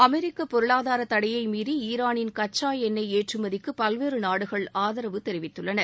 அமெரிக்க பொருளாதார தடையை மீறி ஈராளின் கச்சா என்னொய் ஏற்றுமதிக்கு பல்வேறு நாடுகள் ஆதரவு தெரிவித்துள்ளன